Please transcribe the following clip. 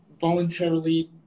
voluntarily